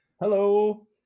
Hello